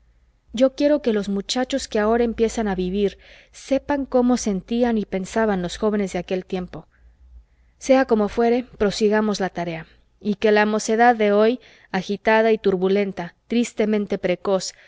yo quiero que los muchachos que ahora empiezan a vivir sepan cómo sentían y pensaban los jóvenes de aquel tiempo sea como fuere prosigamos la tarea y que la mocedad de hoy agitada y turbulenta tristemente precoz